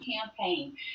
campaign